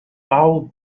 foul